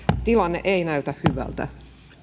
tilanne ei näytä hyvältä